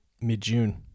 mid-June